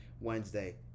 Wednesday